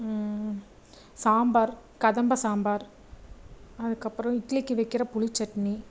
சாம்பார் கதம்ப சாம்பார் அதுக்கப்புறம் இட்லிக்கு வைக்கிற புளிச்சட்னி